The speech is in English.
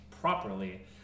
properly